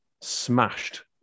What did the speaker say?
smashed